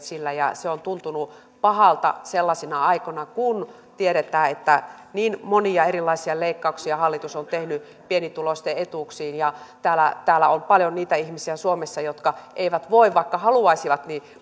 sillä ja se on tuntunut pahalta sellaisina aikoina kun tiedetään että niin monia erilaisia leikkauksia hallitus on tehnyt pienituloisten etuuksiin ja on paljon niitä ihmisiä suomessa jotka eivät voi vaikka haluaisivat